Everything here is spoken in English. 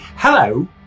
Hello